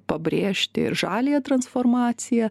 pabrėžti žaliąją transformaciją